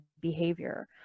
behavior